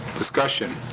discussion?